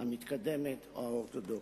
המתקדמת או האורתודוקסית.